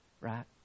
right